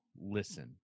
listen